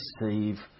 receive